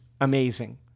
amazing